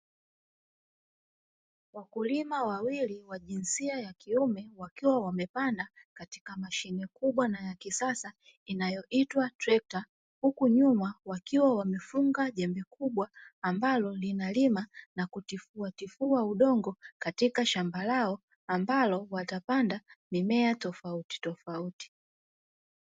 Wakulima wawili wa jinsia ya kiume wakiwa wamepanda katika mashine kubwa na ya kisasa inayoitwa trekta, huku nyuma wakiwa wamefunga jembe kubwa ambalo linalima na kutifua tifua udongo katika shamba lao ambalo watapanda mimea tofauti tofauti.